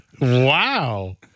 Wow